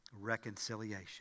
reconciliation